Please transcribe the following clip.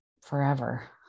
forever